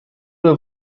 der